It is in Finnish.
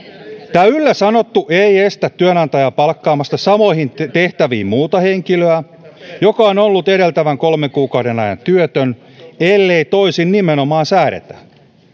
tämä yllä sanottu ei estä työnantajaa palkkaamasta samoihin tehtäviin muuta henkilöä joka on ollut edeltävän kolmen kuukauden ajan työtön ellei nimenomaan toisin säädetä